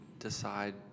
decide